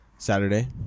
Saturday